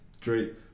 Drake